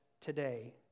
today